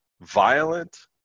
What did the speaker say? violent